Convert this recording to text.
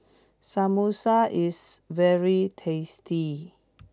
Samosa is very tasty